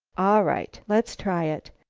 all right let's try it,